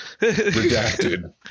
Redacted